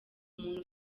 umuntu